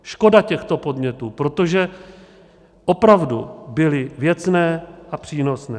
Škoda těchto podnětů, protože opravdu byly věcné a přínosné.